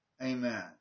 Amen